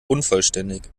unvollständig